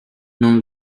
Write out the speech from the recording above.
non